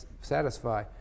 satisfy